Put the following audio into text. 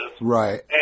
Right